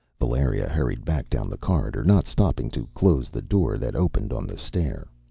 valeria hurried back down the corridor, not stopping to close the door that opened on the stair.